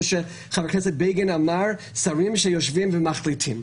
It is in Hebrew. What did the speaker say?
שחבר הכנסת בגין אמר שרים שיושבים ומחליטים.